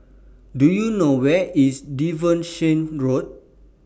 Do YOU know Where IS Devonshire Road